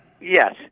Yes